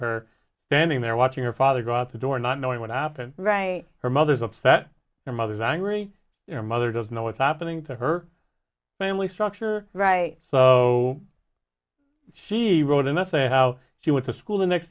her standing there watching her father go out the door not knowing what happened right her mother's upset her mother's angry your mother doesn't know what's happening to her family structure right so she wrote an essay how she went to school the next